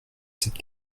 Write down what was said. cette